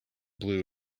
blue